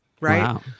right